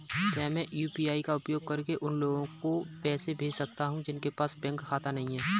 क्या मैं यू.पी.आई का उपयोग करके उन लोगों को पैसे भेज सकता हूँ जिनके पास बैंक खाता नहीं है?